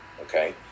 okay